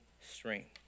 strength